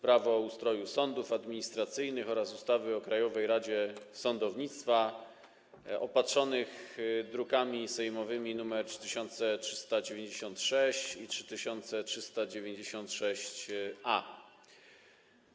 Prawo o ustroju sądów administracyjnych oraz ustawy o Krajowej Radzie Sądownictwa, druki sejmowe nr 3396 i 3396-A.